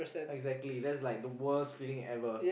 exactly that's like the worst feeling ever